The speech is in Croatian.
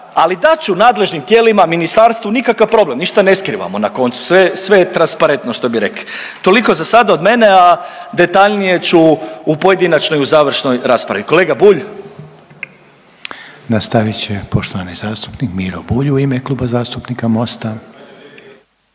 ali dat ću nadležnim tijelima, ministarstvu, nikakav problem, ništa ne skrivamo na koncu, sve je, sve je transparentno što bi rekli. Toliko za sada od mene, a detaljnije ću u pojedinačnoj i u završnoj raspravi, kolega Bulj. **Reiner, Željko (HDZ)** Nastavit će poštovani zastupnik Miro Bulj u ime Kluba zastupnika Mosta.